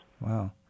Wow